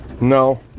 No